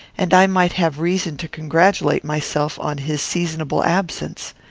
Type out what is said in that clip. and i might have reason to congratulate myself on his seasonable absence.